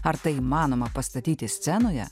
ar tai įmanoma pastatyti scenoje